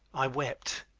i wept.